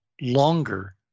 longer